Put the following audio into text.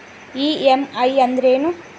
EMI ಅಂದ್ರೇನು?